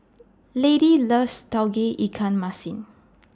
Lady loves Tauge Ikan Masin